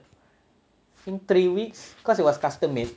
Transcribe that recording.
I think three weeks cause it was custom made